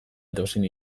edozein